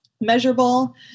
measurable